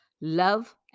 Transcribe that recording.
love